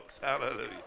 Hallelujah